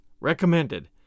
Recommended